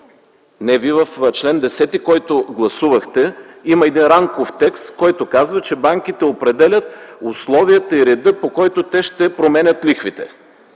Не, в чл. 10, който гласувахте, има един рамков текст, който казва, че банките определят условията и реда, по който те ще променят лихвите.